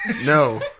No